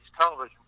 television